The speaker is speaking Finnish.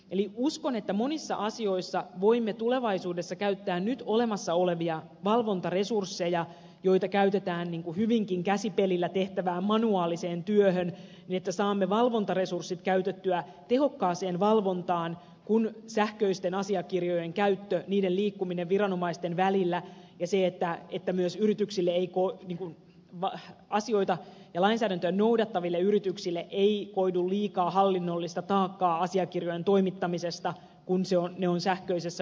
eli uskon että monissa asioissa voimme tulevaisuudessa käyttää nyt olemassa olevia valvontaresursseja joita käytetään hyvinkin käsipelillä tehtävään manuaaliseen työhön niin että saamme valvontaresurssit käytettyä tehokkaaseen valvontaan kun sähköisten asiakirjojen käyttö ja niiden liikkuminen viranomaisten välillä helpottuu ja myös asioita ja lainsäädäntöä noudattaville yrityksille ei koidu liikaa hallinnollista taakkaa asiakirjojen toimittamisesta kun ne ovat sähköisessä muodossa